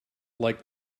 like